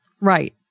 right